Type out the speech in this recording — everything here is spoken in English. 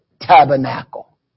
tabernacle